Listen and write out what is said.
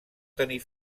tenir